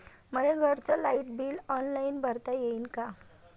मले घरचं light bill online भरता येईन का?